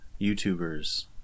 YouTubers